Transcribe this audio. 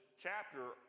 chapter